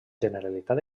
generalitat